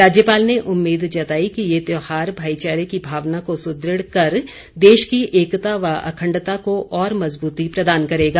राज्यपाल ने उम्मीद जताई कि ये त्योहार भाईचारे की भावना को सुदृढ़ कर देश की एकता व अखण्डता को और मज़बूती प्रदान करेगा